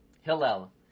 Hillel